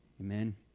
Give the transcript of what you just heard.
Amen